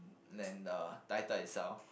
than the title itself